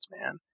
man